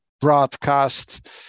broadcast